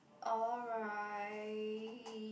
alright